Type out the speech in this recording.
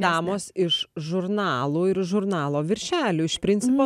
damos iš žurnalų ir žurnalo viršelių iš principo